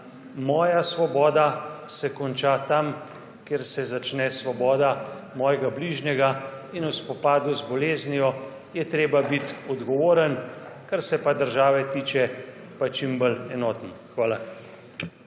moja svoboda se konča tam, kjer se začne svoboda mojega bližnjega. V spopadu z boleznijo je treba biti odgovoren, kar se pa države tiče, pa čim bolj enoten. Hvala.